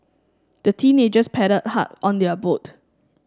the teenagers paddled hard on their boat